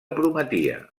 prometia